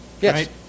Yes